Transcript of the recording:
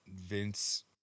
Vince